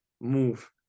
move